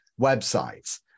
websites